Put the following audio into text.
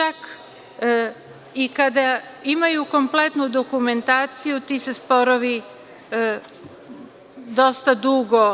Žak i kada imaju kompletnu dokumentaciju ti se sporovi dosta dugo